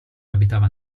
abitava